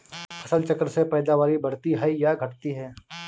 फसल चक्र से पैदावारी बढ़ती है या घटती है?